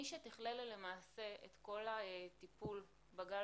מי שתכלל למעשה את כול הטיפול בגל